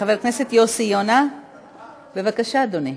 חבר הכנסת יוסי יונה, בבקשה, אדוני.